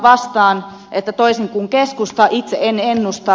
vastaan että toisin kuin keskusta itse en ennusta